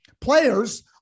players